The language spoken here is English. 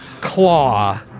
claw